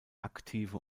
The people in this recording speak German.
aktive